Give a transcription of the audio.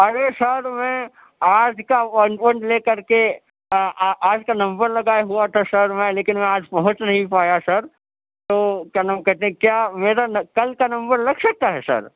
ارے sir میں آج کا اپائنمنٹ لے کر کے آج کا نمبر لگایا ہوا تھا سر میں لیکن میں آج پہنچ نہیں پایا سر تو کیا نام کہتے ہیں کیا میرا کل کا نمبر لگ سکتا ہے سر